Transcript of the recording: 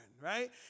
right